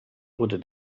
wurde